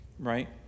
Right